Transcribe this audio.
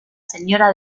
señora